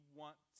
want